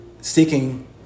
Seeking